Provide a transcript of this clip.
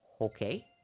Okay